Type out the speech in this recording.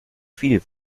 viel